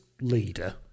leader